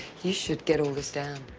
you should get all this down.